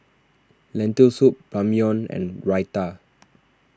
Lentil Soup Ramyeon and Raita